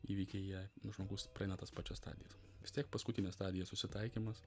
įvykiai jie nu žmogus praeina tas pačias stadijas vis tiek paskutinė stadija susitaikymas